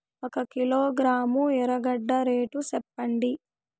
ఒక కిలోగ్రాము ఎర్రగడ్డ రేటు సెప్పండి?